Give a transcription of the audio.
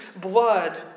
blood